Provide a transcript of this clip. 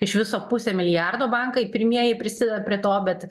iš viso pusę milijardo bankai pirmieji prisideda prie to bet